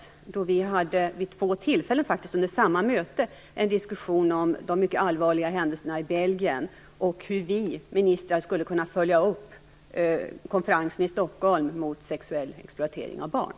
Då hade vi faktiskt vid två tillfällen under samma möte en diskussion om de mycket allvarliga händelserna i Belgien och hur vi ministrar skulle kunna följa upp konferensen i Stockholm mot sexuell exploatering av barn.